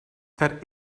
that